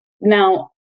now